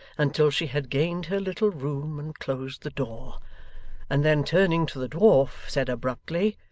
until she had gained her little room and closed the door and then turning to the dwarf, said abruptly,